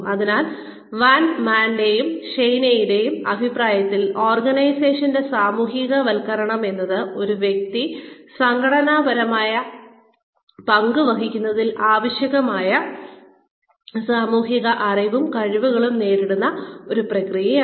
അതിനാൽ വാൻ മനന്റെയും ഷെയ്ന്റെയും അഭിപ്രായത്തിൽ ഓർഗനൈസേഷൻന്റെ സാമൂഹികവൽക്കരണം എന്നത് ഒരു വ്യക്തി സംഘടനാപരമായ പങ്ക് വഹിക്കുന്നതിന് ആവശ്യമായ സാമൂഹിക അറിവും കഴിവുകളും നേടുന്ന ഒരു പ്രക്രിയയാണ്